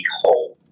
hole